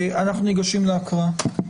ניגש להקראה.